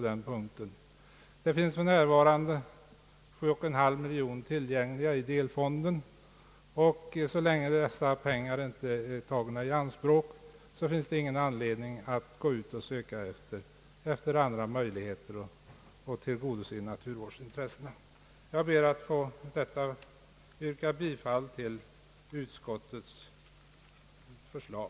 Det finns för närvarande 7,5 miljoner kronor tillgängliga i delfonden, och så länge dessa pengar inte är tagna i anspråk finns det ingen anledning att gå ut och söka efter andra möjligheter för att tillgodose naturvårdsintressena. Jag ber att få yrka bifall till utskottets förslag.